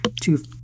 two